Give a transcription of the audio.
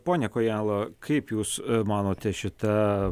pone kojala kaip jūs manote šita